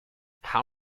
how